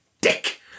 dick